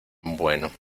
bueno